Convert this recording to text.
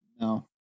No